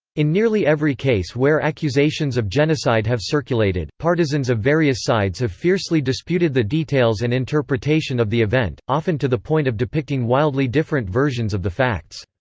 in nearly every case where accusations of genocide have circulated, partisans of various sides have fiercely disputed the details and interpretation of the event, often to the point of depicting wildly different versions of the facts.